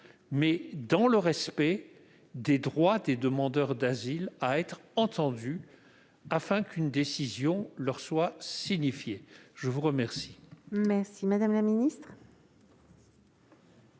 mais dans le respect des droits des demandeurs d'asile à être entendus avant qu'une décision ne leur soit signifiée ? La parole est à Mme la ministre